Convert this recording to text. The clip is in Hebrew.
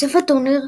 בסוף הטורניר,